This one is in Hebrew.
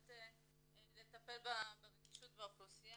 שיודעת לטפל ברגישות באוכלוסייה,